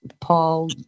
Paul